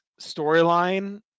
storyline